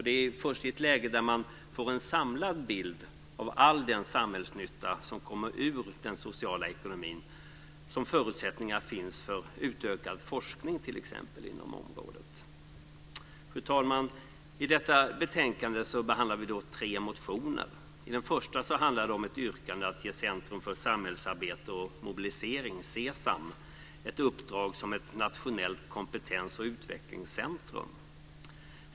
Det är först i ett läge där man får en samlad bild av all den samhällsnytta som kommer ur den sociala ekonomin som förutsättningarna finns för t.ex. utökad forskning inom området. Fru talman! I detta betänkande behandlar vi tre motioner. I den första handlar det om ett yrkande att ge Stiftelsen Centrum för Samhällsarbete och Mobilisering, Cesam, ett uppdrag som ett nationellt kompetens och utvecklingscentrum.